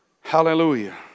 Hallelujah